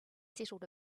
settled